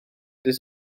dydd